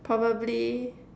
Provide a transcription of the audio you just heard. probably